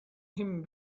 him